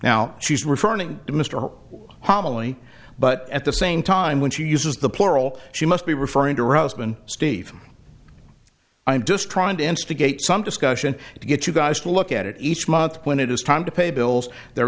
now she's referring to mr homily but at the same time when she uses the plural she must be referring to her husband steve i'm just trying to instigate some discussion to get you guys to look at it each month when it is time to pay bills there